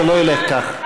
זה לא ילך כך.